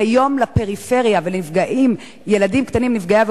כי היום לפריפריה ולילדים קטנים נפגעי